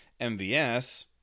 MVS